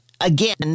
again